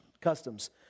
customs